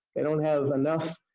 they don't have enough